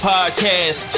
Podcast